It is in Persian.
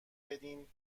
بدین